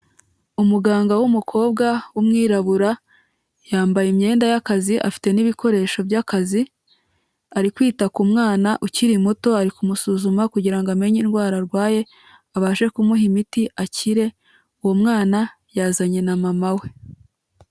Umuganga w'umukobwa w'umwirabura yambaye imyenda y'akazi afite n'ibikoresho by'akazi, ari kwita ku mwana ukiri muto, ari kumusuzuma kugira ngo amenye indwara arwaye abashe kumuha imiti akire, uwo mwana yazanye na mama we.